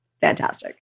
fantastic